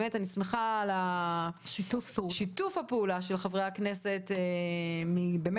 אני שמחה על שיתוף הפעולה של חברי הכנסת מכל